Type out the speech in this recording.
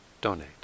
donate